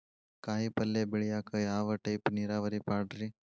ಕಾಯಿಪಲ್ಯ ಬೆಳಿಯಾಕ ಯಾವ ಟೈಪ್ ನೇರಾವರಿ ಪಾಡ್ರೇ?